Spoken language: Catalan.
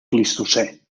plistocè